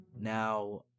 Now